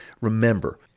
remember